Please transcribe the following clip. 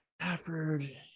Stafford